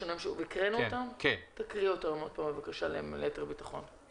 תקריא אותם שוב ליתר ביטחון.